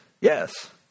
Yes